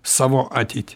savo ateitį